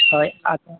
ᱦᱳᱭ ᱟᱫᱚ